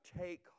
take